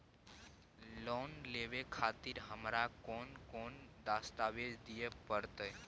Loan लेवे खातिर हमरा कोन कौन दस्तावेज दिय परतै?